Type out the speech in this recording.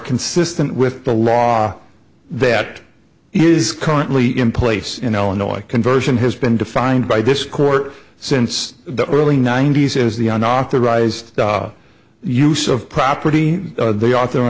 consistent with the law that is currently in place in illinois conversion has been defined by this court since the early ninety's is the unauthorized use of property they a